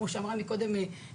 כפי שאמרה פה קודם מיכל.